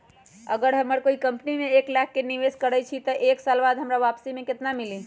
अगर हम कोई कंपनी में एक लाख के निवेस करईछी त एक साल बाद हमरा वापसी में केतना मिली?